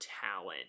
talent